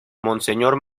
monseñor